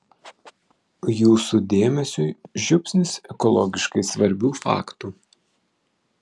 jūsų dėmesiui žiupsnis ekologiškai svarbių faktų